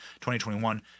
2021